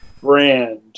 brand